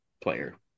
player